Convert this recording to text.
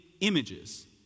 images